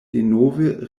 denove